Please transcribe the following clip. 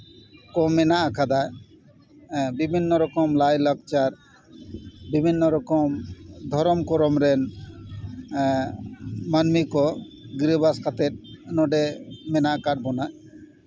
ᱠᱚ ᱢᱮᱱᱟᱜ ᱠᱟᱫᱟ ᱵᱤᱵᱷᱤᱱᱱᱚ ᱨᱚᱠᱚᱢ ᱞᱟᱭ ᱞᱟᱠᱪᱟᱨ ᱵᱤᱵᱷᱤᱱᱱᱚ ᱨᱚᱠᱚᱢ ᱫᱷᱚᱨᱚᱢ ᱠᱚᱨᱚᱢ ᱨᱮᱱ ᱢᱟᱹᱱᱢᱤ ᱠᱚ ᱜᱤᱨᱟᱹᱵᱟᱥ ᱠᱟᱛᱮᱜ ᱱᱚᱸᱰᱮ ᱢᱮᱱᱟᱜ ᱠᱟᱜ ᱵᱚᱱᱟ